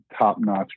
top-notch